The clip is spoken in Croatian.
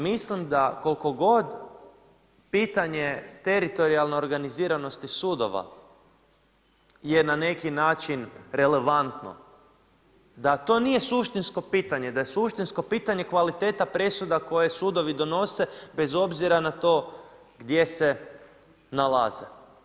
Mislim da koliko god pitanje teritorijalne organiziranosti sudova je na neki način relevantno da to nije suštinsko pitanje, da je suštinsko pitanje kvaliteta presuda koje sudovi donose bez obzira na to gdje se nalaze.